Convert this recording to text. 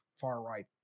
far-right